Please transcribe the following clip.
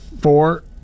four